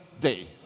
day